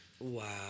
Wow